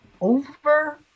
Over